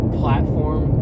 platform